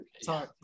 Sorry